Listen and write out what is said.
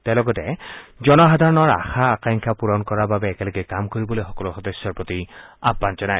তেওঁ লগতে জনসাধাৰণৰ আশা আকাংক্ষা পূৰণ কৰাৰ বাবে একেলগে কাম কৰিবলৈ সকলো সদস্যৰ প্ৰতি আহ্বান জনায়